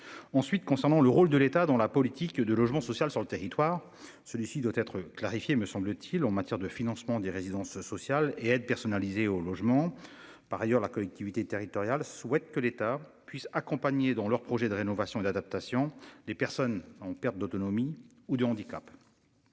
Ensuite, concernant le rôle de l'État dans la politique de logement social sur le territoire. Celui-ci doit être clarifiée, me semble-t-il en matière de financement des résidences sociales et aide personnalisée au logement. Par ailleurs, la collectivité territoriale souhaite que l'État puisse accompagner dans leurs projets de rénovation d'adaptation des personnes en perte d'autonomie ou de handicap.